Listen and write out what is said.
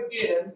again